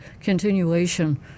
continuation